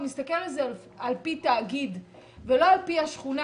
הוא מסתכל על זה על פי תאגיד ולא על פי השכונה,